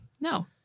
No